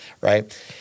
Right